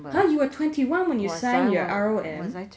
!huh! you were twenty one when you signed your R_O_M